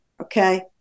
Okay